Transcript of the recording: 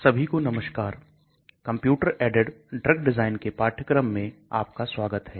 सभी को नमस्कार कंप्यूटर ऐडेड ड्रग डिजाइन के पाठ्यक्रम में आपका स्वागत है